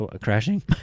crashing